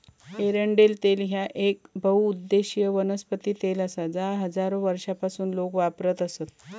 एरंडेल तेल ह्या येक बहुउद्देशीय वनस्पती तेल आसा जा हजारो वर्षांपासून लोक वापरत आसत